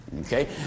Okay